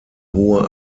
hohe